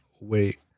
wait